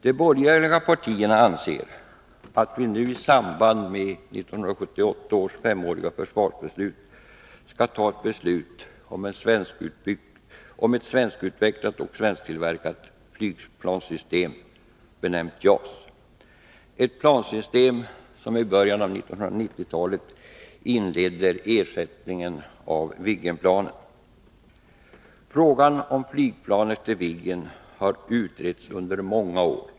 De borgerliga partierna anser att vi nu i samband med 1982 års femåriga försvarsramar skall ta ett beslut om ett svenskutvecklat och svensktillverkat flygplanssystem benämnt JAS — ett plansystem som i början av 1990-talet inleder ersättningen av Viggenplanen. Frågan om vilken flygplanstyp vi skall ha efter Viggen har utretts under många år.